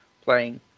playing